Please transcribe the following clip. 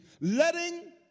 letting